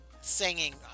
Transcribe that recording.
Singing